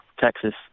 Texas